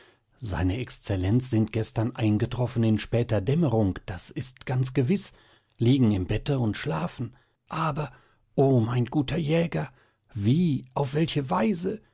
se exzellenz sind gestern eingetroffen in später dämmerung das ist ganz gewiß liegen im bette und schlafen aber o mein guter jäger wie auf welche weise